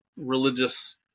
religious